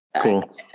cool